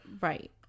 Right